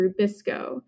rubisco